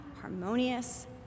harmonious